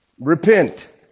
repent